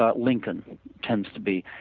but lincoln tends to be.